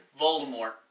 Voldemort